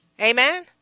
Amen